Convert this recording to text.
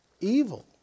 evil